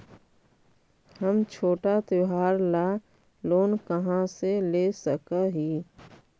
हम छोटा त्योहार ला लोन कहाँ से ले सक ही?